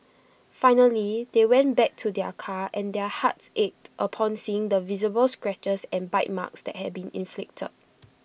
finally they went back to their car and their hearts ached upon seeing the visible scratches and bite marks that had been inflicted